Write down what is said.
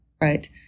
right